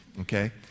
okay